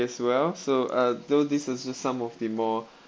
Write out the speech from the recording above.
as well so uh though this is just some of the more